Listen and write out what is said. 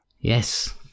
Yes